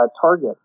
target